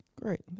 Great